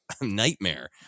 nightmare